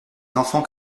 enfants